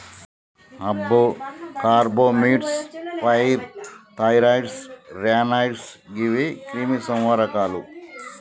అబ్బో carbamates, pyrethroids, ర్యానాయిడ్స్ గీవి క్రిమి సంహారకాలు